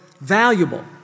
valuable